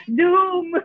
doom